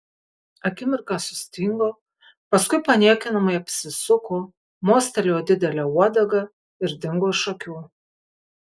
akimirką sustingo paskui paniekinamai apsisuko mostelėjo didele uodega ir dingo iš akių